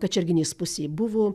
kačerginės pusėj buvo